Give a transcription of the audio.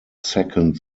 second